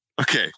okay